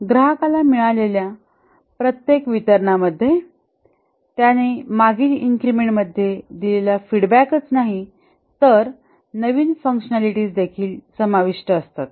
ग्राहकाला मिळालेल्या प्रत्येक वितरणामध्ये त्याने मागील इन्क्रिमेंटमध्ये दिलेला फीडबॅकच नाही तर नवीन फँकशनलिटीज देखील समाविष्ट असतात